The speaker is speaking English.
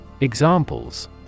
Examples